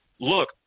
Look